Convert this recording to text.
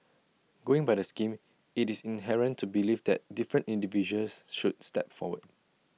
going by the scheme IT is inherent to believe that different individuals should step forward